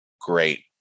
Great